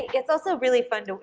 it's all so really fun,